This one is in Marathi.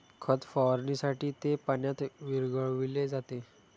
खत फवारणीसाठी ते पाण्यात विरघळविले जाते